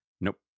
Nope